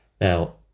Now